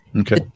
Okay